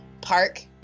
park